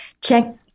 check